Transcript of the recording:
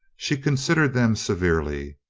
she considered them severely.